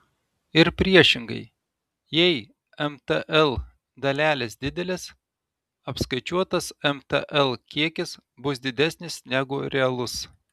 ir priešingai jei mtl dalelės didelės apskaičiuotas mtl kiekis bus didesnis negu realus